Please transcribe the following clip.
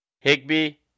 Higby